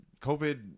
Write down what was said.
COVID